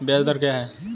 ब्याज दर क्या है?